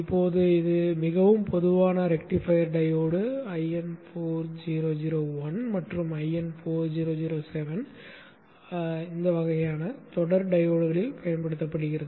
இப்போது இது மிகவும் பொதுவான ரெக்டிஃபையர் டையோடு 1N4001 மற்றும் 1N4007 வகையான தொடர் டையோட்களில் பயன்படுத்தப்படுகிறது